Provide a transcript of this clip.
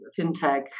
fintech